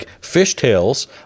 Fishtails